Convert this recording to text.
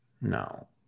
no